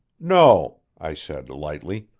no, i said lightly,